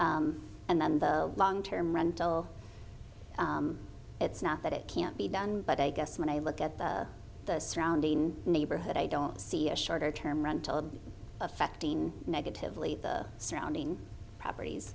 and then the long term rental it's not that it can't be done but i guess when i look at the surrounding neighborhood i don't see a shorter term rental affecting negatively the surrounding properties